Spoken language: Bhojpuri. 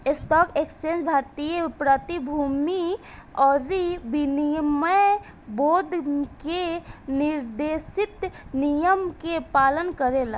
स्टॉक एक्सचेंज भारतीय प्रतिभूति अउरी विनिमय बोर्ड के निर्देशित नियम के पालन करेला